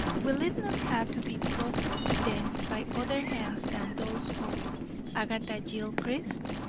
will it not have to be proffered, then, by other hands than those of agatha gilchrist?